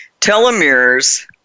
Telomeres